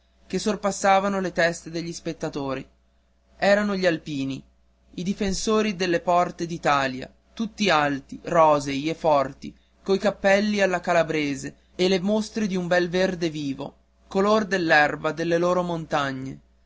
che sorpassavano le teste degli spettatori erano gli alpini i difensori delle porte d'italia tutti alti rosei e forti coi capelli alla calabrese e le mostre di un bel verde vivo color dell'erba delle loro montagne